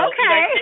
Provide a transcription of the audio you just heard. Okay